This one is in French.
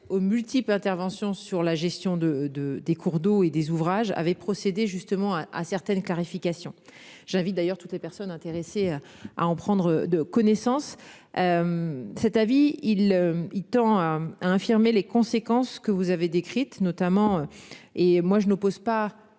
aux multiples interventions sur la gestion de de des cours d'eau et des ouvrages avaient procédé justement à certaines clarifications j'invite d'ailleurs toutes les personnes intéressées à en prendre de connaissance. Cet avis il il tend à infirmer les conséquences que vous avez décrite notamment. Et moi je ne pose pas.